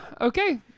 okay